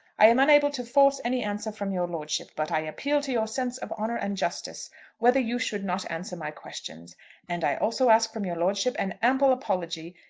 i am unable to force any answer from your lordship. but i appeal to your sense of honour and justice whether you should not answer my questions and i also ask from your lordship an ample apology,